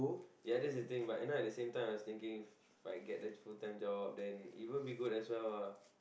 ya that's the thing but you know at the same time I was thinking If I get the full time job then it would be good as well ah